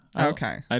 Okay